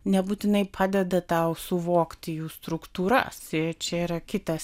nebūtinai padeda tau suvokti jų struktūras ir čia yra kitas